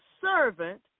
servant